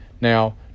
Now